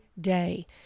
day